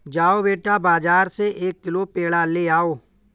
जाओ बेटा, बाजार से एक किलो पेड़ा ले आओ